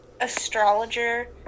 Astrologer